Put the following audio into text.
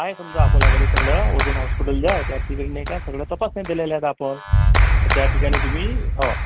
आहे समजा अकोल्यामध्ये सगळं ओझोन हॉस्पिटल जे आहे त्या ठिकाणी नाही का सगळ्या तपासण्या केलेल्या आहेत आपण तर त्या ठिकाणी तुम्ही हो